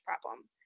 problem